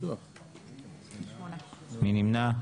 מי נמנע?